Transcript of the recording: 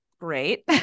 great